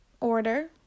order